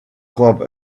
club